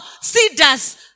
cedars